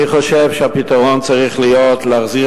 אני חושב שהפתרון צריך להיות להחזיר